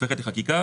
ערך סחירים